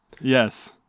Yes